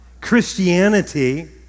christianity